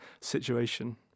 situation